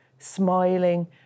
smiling